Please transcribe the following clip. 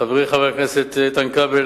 חברי חבר הכנסת איתן כבל,